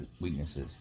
weaknesses